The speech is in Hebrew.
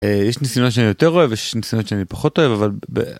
יש ניסיונות שאני יותר אוהב ויש ניסיונות שאני פחות אוהב אבל.